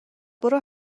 برو